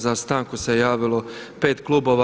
Za stanku se javilo 5 klubova.